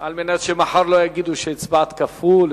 על מנת שמחר לא יגידו שהצבעת כפול.